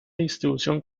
distribución